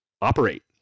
operate